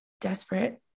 desperate